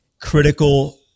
critical